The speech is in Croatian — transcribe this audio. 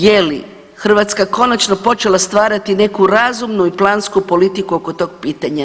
Je li Hrvatska konačno počela stvarati neku razumnu i plansku politiku oko tog pitanja?